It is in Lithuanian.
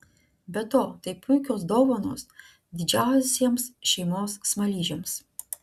be to tai puikios dovanos didžiausiems šeimos smaližiams